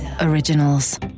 originals